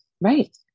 right